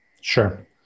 Sure